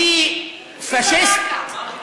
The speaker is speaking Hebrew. פלסטין קיימת.